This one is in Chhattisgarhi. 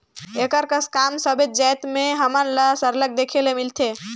एकर कस काम सबेच जाएत में हमन ल सरलग देखे ले मिलथे